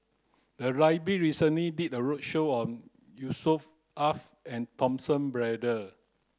the recently did a roadshow on Yusnor Ef and Braddell